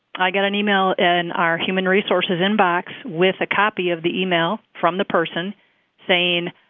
i got an email in our human resources inbox with a copy of the email from the person saying,